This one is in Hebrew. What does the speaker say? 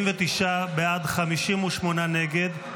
49 בעד, 58 נגד.